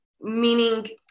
meaning